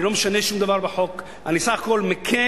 אני לא משנה שום דבר בחוק, אני בסך הכול מקל